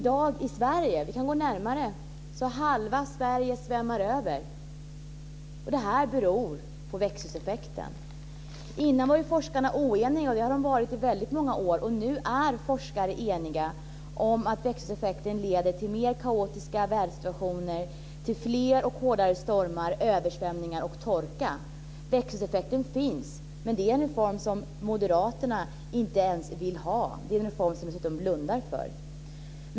Och vi kan gå närmare. I dag svämmar halva Sverige över, och det beror på växthuseffekten. Tidigare var ju forskarna oeniga och det har de varit i väldigt många år, men nu är forskare eniga om att växthuseffekten leder till mer kaotiska vädersituationer, till fler och hårdare stormar, översvämningar och torka. Växthuseffekten finns. Reformen om grön skatteväxling är en reform som Moderaterna inte ens vill ha och som de dessutom blundar för.